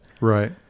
Right